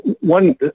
one